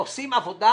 הם עושים עבודה